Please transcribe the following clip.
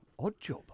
Oddjob